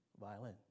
Violin